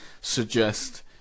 suggest